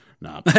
no